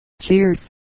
Cheers